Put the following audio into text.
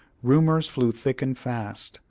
rumors flew thick and fast,